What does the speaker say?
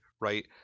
right